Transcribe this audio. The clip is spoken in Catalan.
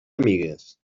amigues